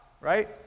right